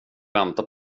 vänta